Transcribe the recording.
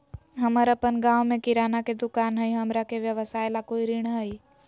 हमर अपन गांव में किराना के दुकान हई, हमरा के व्यवसाय ला कोई ऋण हई?